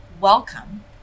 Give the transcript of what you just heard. welcome